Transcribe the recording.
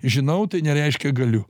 žinau tai nereiškia galiu